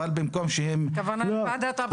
אבל במקום שהם- הכוונה לוועדת הבחירות,